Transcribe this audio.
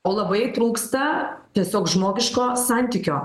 o labai trūksta tiesiog žmogiško santykio